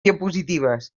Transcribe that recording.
diapositives